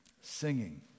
singing